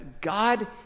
God